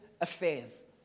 affairs